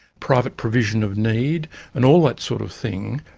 private provision of need and all that sort of thing,